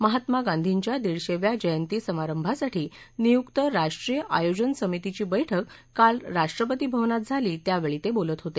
महात्मा गांधींच्या दीडशेव्या जयंती समारंभासाठी नियुक्त राष्ट्रीय आयोजन समितीची बैठक काल राष्ट्रपती भवनात झाली त्यावेळी ते बोलत होते